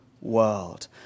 world